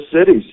cities